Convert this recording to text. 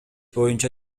боюнча